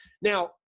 Now